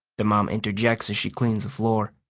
the mom interjects as she cleans the floor,